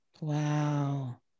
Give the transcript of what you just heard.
Wow